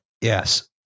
Yes